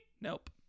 nope